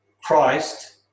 Christ